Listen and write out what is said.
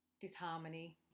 disharmony